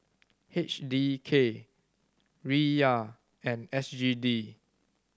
H D K Riyal and S G D